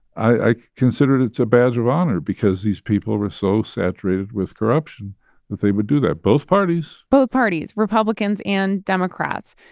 i consider it a badge of honor because these people were so saturated with corruption that they would do that both parties both parties republicans and democrats.